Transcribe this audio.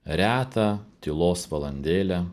retą tylos valandėlę